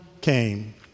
came